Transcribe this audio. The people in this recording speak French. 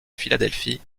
philadelphie